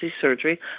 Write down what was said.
surgery